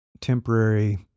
temporary